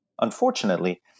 unfortunately